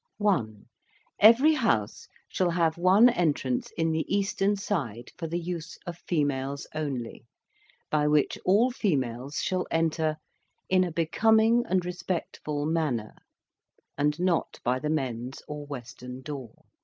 one every house shall have one entrance in the eastern side, for the use of females only by which all females shall enter in a becoming and respectful manner and not by the men's or western door.